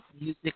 music